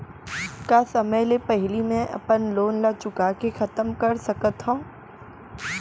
का समय ले पहिली में अपन लोन ला चुका के खतम कर सकत हव?